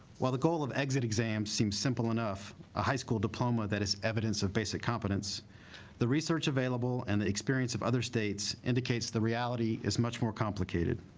while the goal of exit exams seems simple enough a high school diploma that is evidence of basic competence the research available and the experience of other states indicates the reality is much more complicated